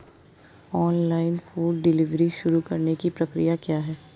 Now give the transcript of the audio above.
Online food delivery शुरू करने की प्रक्रिया क्या है?